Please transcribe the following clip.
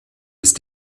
ist